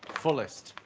fullest.